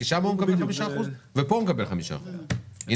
כי שם הוא מקבל 5% ופה הוא מקבל 5%. ינון,